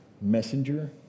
messenger